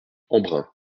embrun